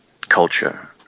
culture